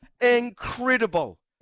Incredible